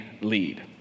lead